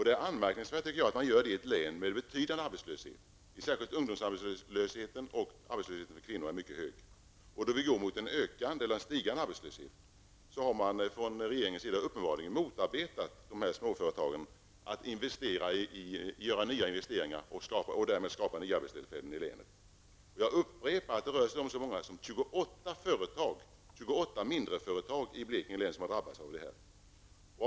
Det är anmärkningsvärt att man gör det i ett län med betydande arbetslöshet, särskilt bland ungdomar och kvinnor. Då man går mot en stigande arbetslöshet, har man från regeringens sida uppenbarligen motarbetat småföretagens möjligheter att göra nya investeringar och därmed skapa nya arbetstillfällen i länet. Jag upprepar att det rör sig om så många som 28 mindre företag i Blekinge län som har drabbats av det här.